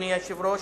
אדוני היושב-ראש,